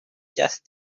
just